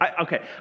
okay